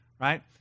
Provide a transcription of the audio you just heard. right